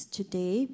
today